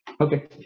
Okay